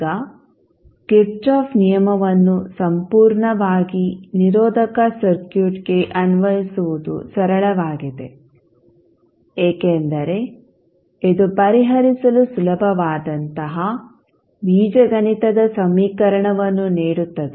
ಈಗ ಕಿರ್ಚಾಫ್ ನಿಯಮವನ್ನು ಸಂಪೂರ್ಣವಾಗಿ ನಿರೋಧಕ ಸರ್ಕ್ಯೂಟ್ಗೆ ಅನ್ವಯಿಸುವುದು ಸರಳವಾಗಿದೆ ಏಕೆಂದರೆ ಇದು ಪರಿಹರಿಸಲು ಸುಲಭವಾದಂತಹ ಬೀಜಗಣಿತದ ಸಮೀಕರಣವನ್ನು ನೀಡುತ್ತದೆ